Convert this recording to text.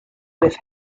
with